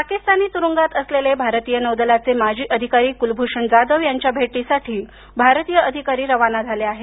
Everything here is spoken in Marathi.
पाकीस्तानी तुरूंगात असलेले भारतीय नौदलाचे माजी अधिकारी कुलभूषण जाधव यांच्या भेटीसाठी भारतिय अधिकारी रवाना झाले आहेत